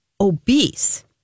obese